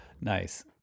Nice